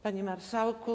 Panie Marszałku!